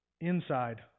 inside